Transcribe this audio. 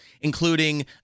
including